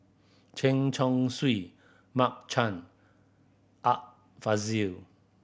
Chen Chong Swee Mark Chan Art Fazil